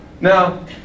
Now